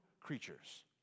creatures